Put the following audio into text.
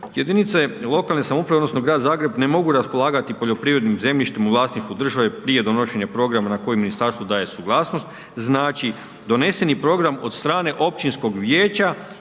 Jedinice lokalne samouprave odnosno grad Zagreb ne mogu raspolagati poljoprivrednim zemljištem u vlasništvu države prije donošenja programa na koje ministarstvo daje suglasnost, znači doneseni program od strane općinskog vijeća